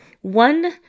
One